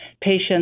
patients